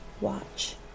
watch